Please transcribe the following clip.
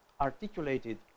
articulated